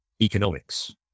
economics